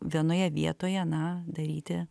vienoje vietoje na daryti